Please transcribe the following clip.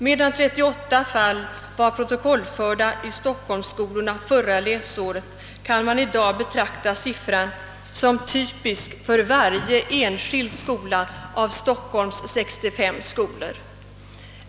»Medan 38 fall var protokollförda i stockholmsskolorna under förra läsåret kan man i dag betrakta den siffran som riktig för varje enskild skola i Stockholms 65 skolor.